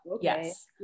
Yes